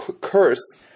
curse